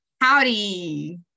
Howdy